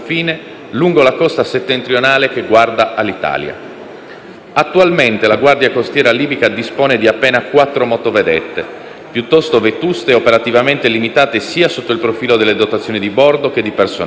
lungo la costa settentrionale che guarda all'Italia. Attualmente la Guardia costiera libica dispone di appena quattro motovedette piuttosto vetuste e operativamente limitate, sia sotto il profilo delle dotazioni di bordo che di personale,